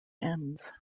ends